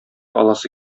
аласы